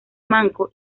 manco